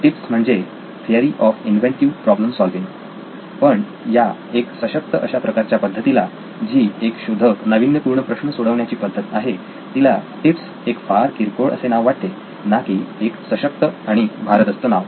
tips म्हणजे theory of inventive problem solving पण या एक सशक्त अशा प्रकारच्या पद्धतीला जी एक शोधक नाविन्यपूर्ण प्रश्न सोडवण्याची पद्धत आहे तिला टिप्स एक फार किरकोळ असे नाव वाटते ना की एक सशक्त आणि भारदस्त नाव